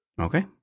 Okay